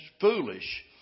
foolish